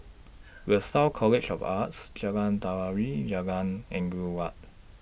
Lasalle College of Arts Jalan Telawi and Jalan Angin Laut